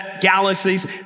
galaxies